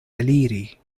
eliri